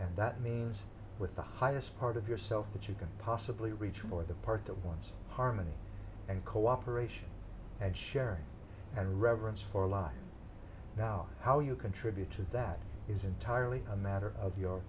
and that means with the highest part of yourself that you can possibly reach for the part that wants harmony and cooperation and sharing and reverence for life now how you contribute to that is entirely a matter of your